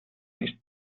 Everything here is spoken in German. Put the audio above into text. ist